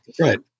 right